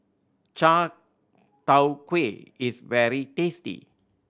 chai tow kway is very tasty